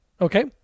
Okay